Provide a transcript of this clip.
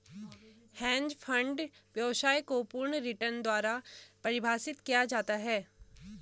hedge fund व्यवसाय को पूर्ण रिटर्न द्वारा परिभाषित किया जाता है